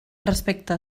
respecte